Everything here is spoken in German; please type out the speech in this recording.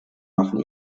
machen